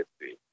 see